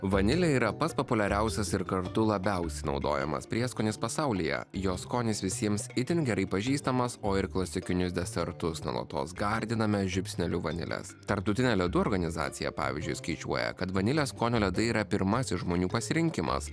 vanilė yra pats populiariausias ir kartu labiausiai naudojamas prieskonis pasaulyje jo skonis visiems itin gerai pažįstamas o ir klasikinius desertus nuolatos gardiname žiupsneliu vanilės tarptautinę ledų organizaciją pavyzdžiui skaičiuoja kad vanilės skonio ledai yra pirmasis žmonių pasirinkimas